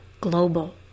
global